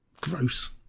Gross